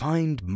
Find